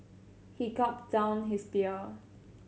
he gulped down his beer